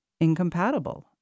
incompatible